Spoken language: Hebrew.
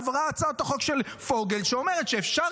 עברה הצעת החוק של פוגל שאומרת שאפשר